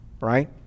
right